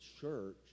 church